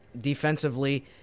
Defensively